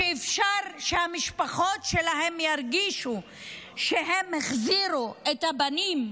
שהמשפחות שלהם ירגישו שהם החזירו את הבנים,